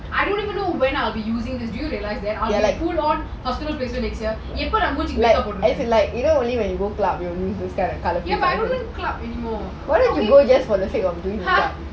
I don't even know when I'll be using to do you realise but I don't go to club